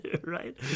Right